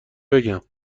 بگم